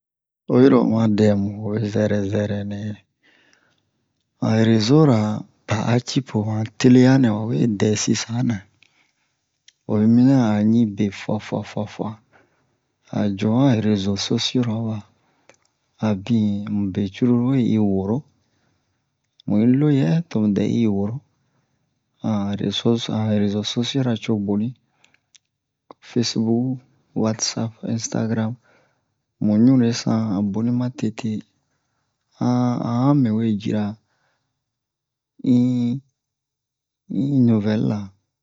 Oyi ro oma dɛmu zɛrɛ zɛrɛ nɛ han herezora pa'a cipo han tele'a nɛ wa we dɛ sisanɛ oyi mina a ɲi be fua-fua fua-fua a'o jo han herezo-sosiyora wa a bin amu be cururu we i woro muyi lo yɛ tomu dɛ i woro han hereso han herezo-sosiyora co boni fesibuku watsapu instagaramu mu ɲure sin han boni ma tete han han a han me we jira in in nuvɛl la